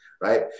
right